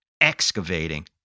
excavating